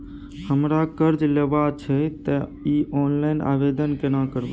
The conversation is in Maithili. हमरा कर्ज लेबा छै त इ ऑनलाइन आवेदन केना करबै?